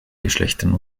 geschlechtern